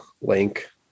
link